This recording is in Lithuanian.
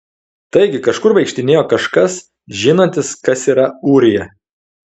taigi kažkur vaikštinėjo kažkas žinantis kas yra ūrija